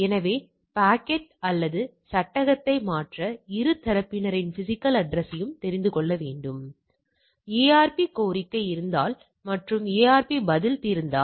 எனவே குறைபாடுகள் அல்லது தோல்விகளுக்கு எதிராக பணி நேரம் அதாவது தொழிலாளர்கள் பணிபுரியும் நேரத்திற்கு இடையே ஒரு ஏதேனும் தொடர்பு இருக்கிறதா